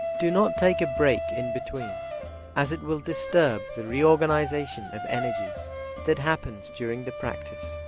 do not take a break in between as it will disturb the reorganization of energies that happens during the practice.